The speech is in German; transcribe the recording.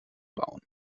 bauen